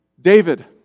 David